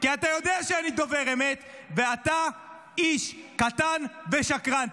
כי אתה יודע שאני דובר אמת ואתה איש קטן ושקרן.